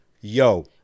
Yo